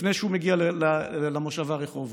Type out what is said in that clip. לפני שהוא מגיע למושבה רחובות,